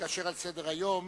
ועל סדר-היום